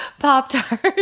pop-tarts.